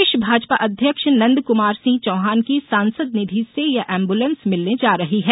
प्रदेश भाजपा अध्यक्ष नंदकुमार सिंह चौहान की सांसद निधि से ये एम्बुलेंस भिलने जा रही है